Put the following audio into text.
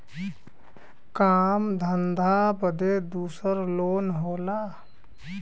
काम धंधा बदे दूसर लोन होला